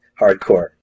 Hardcore